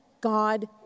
God